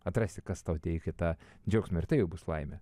atrasti kas tau teikia tą džiaugsmą ir tai jau bus laimė